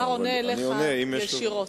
השר עונה לך ישירות,